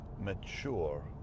mature